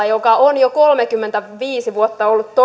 joka on jo kolmekymmentäviisi vuotta ollut